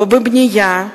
לא בבנייה,